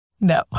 No